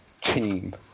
team